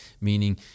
Meaning